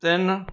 ਤਿੰਨ